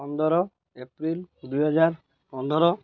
ପନ୍ଦର ଏପ୍ରିଲ ଦୁଇହଜାର ପନ୍ଦର